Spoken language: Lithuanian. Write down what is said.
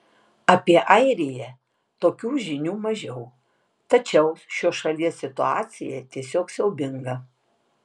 apie airiją tokių žinių mažiau tačiau šios šalies situacija tiesiog siaubinga